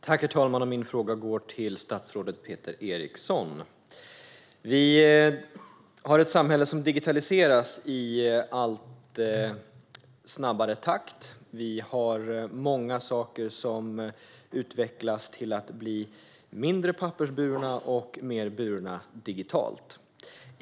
Herr talman! Min fråga går till statsrådet Peter Eriksson. Vårt samhälle digitaliseras i allt snabbare takt. Det är många saker som utvecklas till att bli mindre pappersburna och mer digitala.